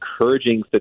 encouraging